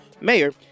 Mayor